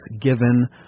given